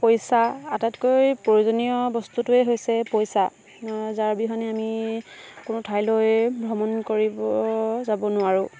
পইচা আটাইতকৈ প্ৰয়োজনীয় বস্তুটোৱে হৈছে পইচা যাৰ বিহনে আমি কোনো ঠাইলৈ ভ্ৰমণ কৰিব যাব নোৱাৰোঁ